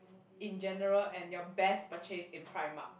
in general and your best purchase in primark